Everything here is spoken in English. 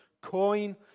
coin